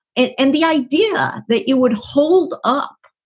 and and the idea that you would hold up.